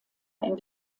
ein